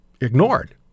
ignored